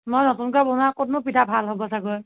মই নতুনকৈ বনোৱা ক'তনো পিঠা ভাল হ'ব চাগৈ